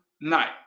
night